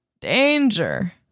danger